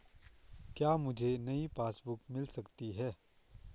क्या मुझे नयी पासबुक बुक मिल सकती है?